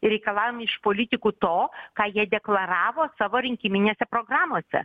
ir reikalaujam iš politikų to ką jie deklaravo savo rinkiminėse programose